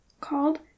Called